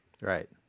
Right